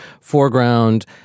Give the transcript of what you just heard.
foreground